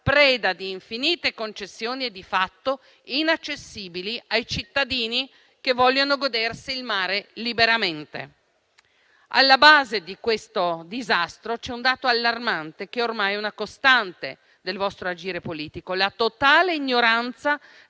preda di infinite concessioni e di fatto inaccessibili ai cittadini che vogliono godersi il mare liberamente. Alla base di questo disastro c'è un dato allarmante che ormai è una costante del vostro agire politico: la totale ignoranza